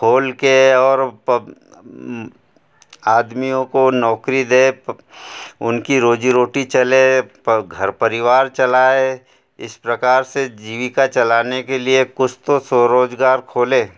खोल के और पब आदमियों को नौकरी दें उनकी रोज़ी रोटी चले घर परिवार चलाएं इस प्रकार से जीविका चलाने के लिए कुछ तो स्वरोज़गार खोले